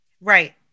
Right